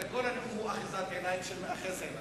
הרי כל הנאום הוא אחיזת עיניים של מאחז עיניים,